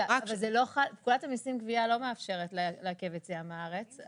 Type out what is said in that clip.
פקודת המיסים (גבייה) לא מאשרת לעכב יציאה מהארץ.